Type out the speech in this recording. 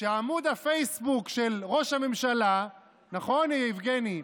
שעמוד הפייסבוק של ראש הממשלה, נכון, יבגני,